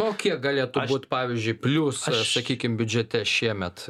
o kiek galėtų būt pavyzdžiui plius sakykim biudžete šiemet